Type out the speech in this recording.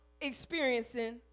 experiencing